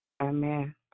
Amen